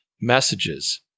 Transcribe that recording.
messages